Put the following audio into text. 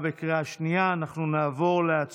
הם רוצים להרוויח כסף,